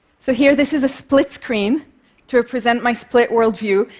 so here this is a split screen to represent my split world view,